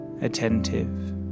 attentive